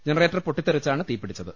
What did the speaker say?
generator പൊട്ടിത്തെറിച്ചാണ് തീപിടിച്ചത്